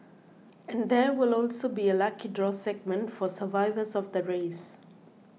and there will also be a lucky draw segment for survivors of the race